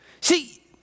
See